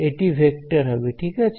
এটি ভেক্টর হবে ঠিক আছে